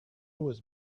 was